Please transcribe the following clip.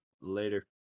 later